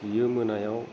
बियो मोनायाव